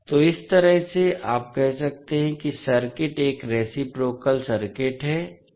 तो इस तरह से आप कह सकते हैं कि सर्किट एक रेसिप्रोकाल सर्किट है